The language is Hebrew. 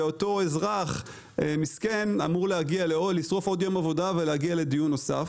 ואותו אזרח מסכן אמור לשרוף עוד יום עבודה ולהגיע לדיון נוסף.